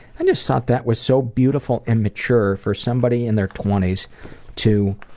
i just thought that was so beautiful and mature for somebody in their twenty s to